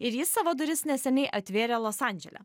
ir jis savo duris neseniai atvėrė los andžele